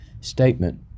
statement